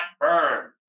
burn